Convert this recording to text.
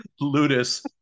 Ludus